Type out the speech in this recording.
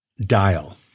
Dial